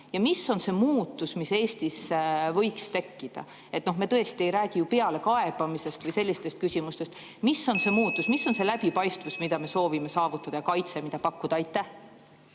ja mis on see muutus, mis Eestis võiks tekkida? Me tõesti ei räägi ju pealekaebamisest või sellistest küsimustest. Mis on see muutus, mis on see läbipaistvus, mida me soovime saavutada, ja kaitse, mida soovime pakkuda? Aitäh,